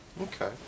Okay